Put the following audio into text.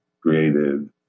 created